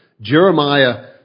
Jeremiah